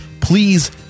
Please